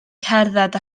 cerdded